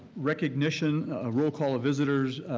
recognition ah roll call of visitors,